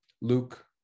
Luke